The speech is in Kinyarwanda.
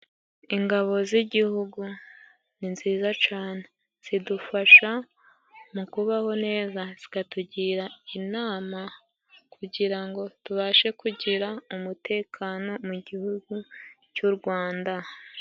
Ingabo z'igihugu ni nziza cane. Zidufasha mu kubaho neza, zikatugira inama kugira ngo tubashe kugira umutekano mu gihugu cy’u Rwanda.